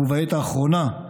ובעת האחרונה,